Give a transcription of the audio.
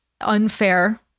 unfair